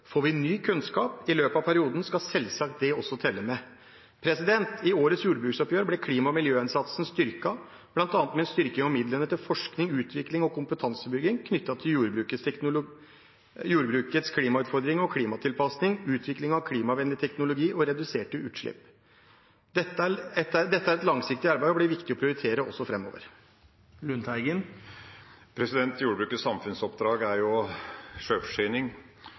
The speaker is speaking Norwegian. Får vi ny kunnskap i løpet av perioden, skal selvsagt det også telle med. I årets jordbruksoppgjør ble klima- og miljøinnsatsen styrket, bl.a. med en styrking av midlene til forskning, utvikling og kompetansebygging knyttet til jordbrukets klimautfordringer og klimatilpasning, utvikling av klimavennlig teknologi og reduserte utslipp. Dette er et langsiktig arbeid som blir viktig å prioritere også framover. Jordbrukets samfunnsoppdrag er sjølforsyning.